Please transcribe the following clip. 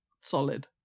solid